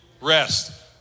rest